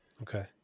Okay